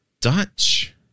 Dutch